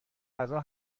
غذا